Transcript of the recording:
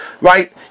right